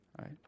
right